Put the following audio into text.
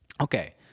Okay